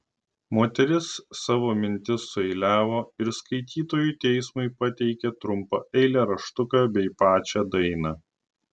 moteris savo mintis sueiliavo ir skaitytojų teismui pateikė trumpą eilėraštuką bei pačią dainą